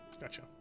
Gotcha